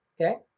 Okay